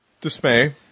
dismay